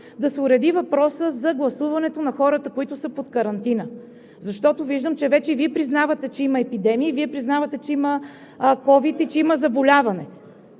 да се уреди въпросът за гласуването на хората, които са под карантина? Защото виждам, че вече Вие признавате, че има епидемия, Вие признавате, че има ковид и че има заболяване.